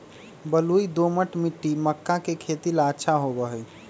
बलुई, दोमट मिट्टी मक्का के खेती ला अच्छा होबा हई